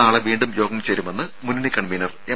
നാളെ വീണ്ടും യോഗം ചേരുന്നുമെന്ന് മുന്നണി കൺവീനർ എം